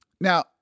Now